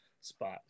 spot